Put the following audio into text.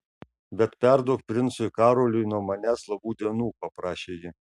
bet perduok princui karoliui nuo manęs labų dienų paprašė ji